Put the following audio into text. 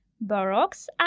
Baroque's